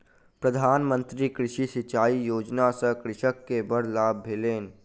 प्रधान मंत्री कृषि सिचाई योजना सॅ कृषक के बड़ लाभ भेलैन